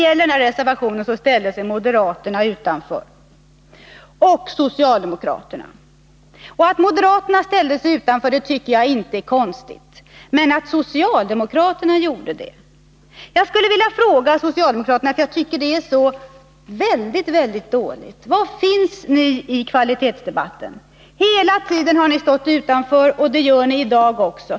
Moderaterna och socialdemokraterna slöt inte upp bakom reservationen. Att moderaterna inte gjorde det tycker jag inte är konstigt, däremot tycker jag att det är väldigt dåligt att socialdemokraterna inte gjorde det. Jag vill därför fråga socialdemokraterna: Var finns ni i kvalitetsdebatten? Hela tiden har ni stått utanför, och det gör ni i dag också.